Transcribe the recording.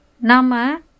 Nama